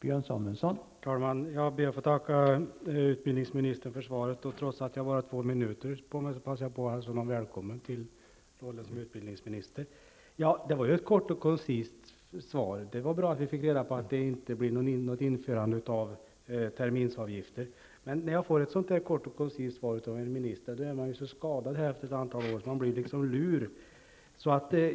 Herr talman! Jag ber att få tacka utbildningsministern för svaret. Trots att jag bara har två minuter på mig passar jag på att hälsa honom välkommen till rollen som utbildningsminister. Det var ett kort och koncist svar. Det var bra att vi fick reda på att det inte blir något införande av terminsavgifter. Man är ju så skadad efter ett antal år här, att när man får ett sådant kort och koncist svar av en minister blir man liksom lur.